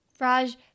Raj